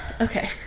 okay